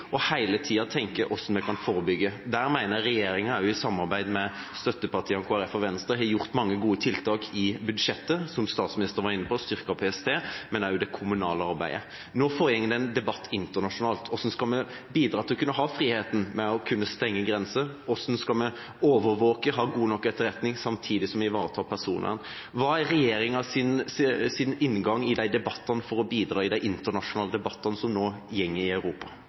tida å tenke på hvordan vi kan forebygge. Der mener jeg regjeringa – også i samarbeid med støttepartiene Kristelig Folkeparti og Venstre – har gjort mange gode tiltak i budsjettet. Som statsministeren var inne på, har vi styrket PST, men også det kommunale arbeidet. Nå foregår det en debatt internasjonalt. Hvordan skal vi bidra til å kunne ha friheten med å kunne stenge grenser? Hvordan skal vi overvåke, ha god nok etterretning, samtidig som vi ivaretar personvernet? Hva er regjeringas inngang i de debattene for å bidra i de internasjonale debattene som nå går i Europa?